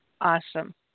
Awesome